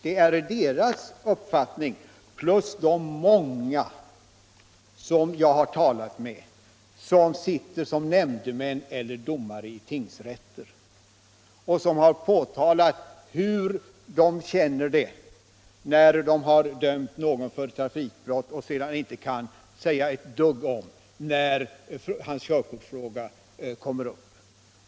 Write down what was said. Det är deras uppfattning som det handlar om — plus de många nämn demän och domare i tingsrätter som jag har talat med och som har sagt hur de känner det när de har dömt någon för trafikbrott och sedan inte kan säga ett dugg om när den dömdes körkortsfråga kommer upp.